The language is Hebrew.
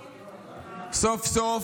סוף-סוף,